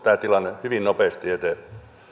tämä tilanne on tulossa hyvin nopeasti eteen